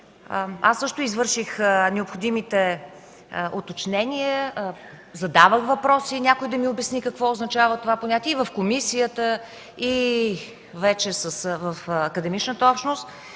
Аз също извърших необходимите уточнения, задавах въпроси и някой да ми обясниха какво означава това понятие – и в комисията, и в академичната общност.